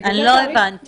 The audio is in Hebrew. אני לא הבנתי.